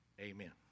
Amen